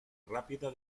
rápida